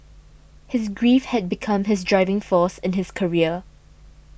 his grief had become his driving force in his career